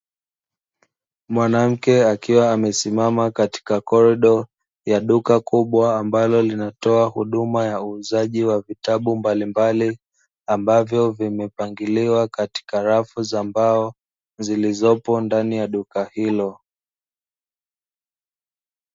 Mwanamke akiwa amesimama katika kordo ya duka kubwa, ambalo linatoa huduma ya uuzaji wa vitabu mbalimbali, ambavyo vimepangiliwa katika rafu za mbao zilizopo ndani ya duka hilo.